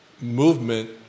movement